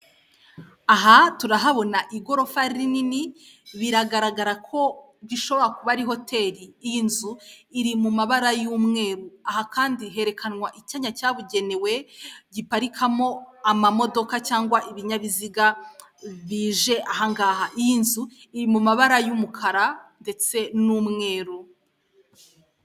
Aha turahabona igorofa rinini biragaragara ko rishobora kuba ari hoteli, iyi nzu iri mu mabara y'umweru, aha kandi herekanwa icyanya cyabugenewe giparikamo amamodoka cyangwa ibinyabiziga bije aha ngaha, iyi nzu iri mu mabara y'umukara ndetse n'umweru.